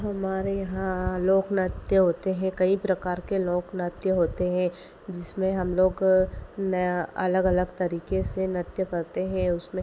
हमारे यहाँ लोक नृत्य होते हैं कई प्रकार के लोक नृत्य होते हैं जिसमें हम लोग अलग अलग तरीके से नृत्य करते हैं उसमें